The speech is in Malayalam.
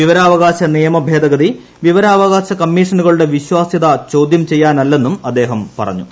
വിവരാവകാശ നിയമ ഭേദഗതി വിവരാവകാശ കമ്മീഷനുകളുടെ വിശ്വാസ്യത ചോദ്യാ ചെയ്യാനല്ലെന്നും അദ്ദേഹം പറഞ്ഞു